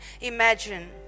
imagine